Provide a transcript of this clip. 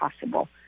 possible